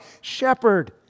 shepherd